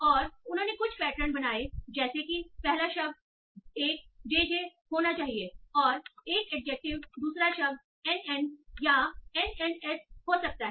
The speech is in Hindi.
और उन्होंने कुछ पैटर्न बनाए जैसे कि पहला शब्द एक जे जे होना चाहिए और एक एडजेक्टिव दूसरा शब्द एनएन या एनएनएस हो सकता है